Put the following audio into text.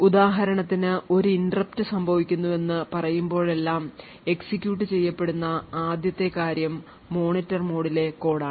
ഉദാഹരണത്തിന് ഒരു interrupt സംഭവിക്കുന്നുവെന്ന് പറയുമ്പോഴെല്ലാം എക്സിക്യൂട്ട് ചെയ്യപ്പെടുന്ന ആദ്യത്തെ കാര്യം മോണിറ്റർ മോഡിലെ കോഡ് ആണ്